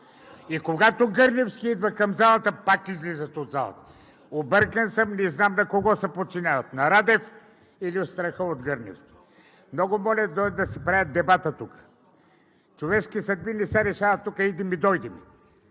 Когато Гърневски идва към залата, пак излизат от залата. Объркан съм. Не знам на кого се подчиняват – на Радев или от страх от Гърневски? Много моля да дойдат да си правят дебата тук. Човешки съдби не се решават тук – иди ми, дойди